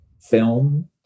film